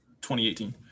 2018